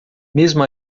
mesmo